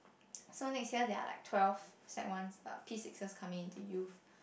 so next year there are like twelve Sec Ones uh P sixes coming into youth